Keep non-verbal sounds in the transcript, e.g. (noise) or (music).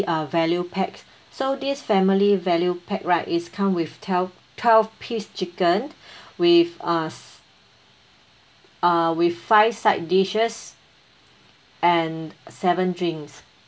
uh value pack so this family value pack right is come with twelve twelve piece chicken (breath) with uh s~ uh with five side dishes and seven drinks